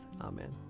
Amen